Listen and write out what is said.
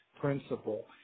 principle